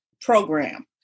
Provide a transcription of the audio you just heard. program